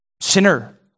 Sinner